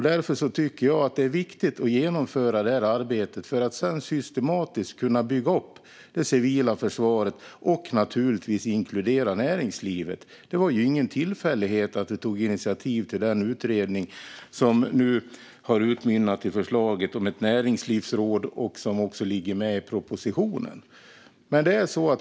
Därför tycker jag att det är viktigt att genomföra det här arbetet för att sedan systematiskt kunna bygga upp det civila försvaret - och naturligtvis inkludera näringslivet. Det var ju ingen tillfällighet att vi tog initiativ till den utredning som nu har utmynnat i förslaget om ett näringslivsråd, vilket också ligger med i propositionen.